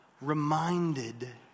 reminded